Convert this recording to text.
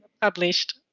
published